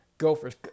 gophers